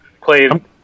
Played